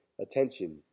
attention